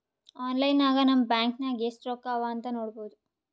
online ನಾಗ್ ನಮ್ bank ನಾಗ್ ಎಸ್ಟ್ ರೊಕ್ಕಾ ಅವಾ ಅಂತ್ ನೋಡ್ಬೋದ